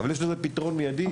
אבל יש לזה פתרון מידי.